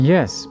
Yes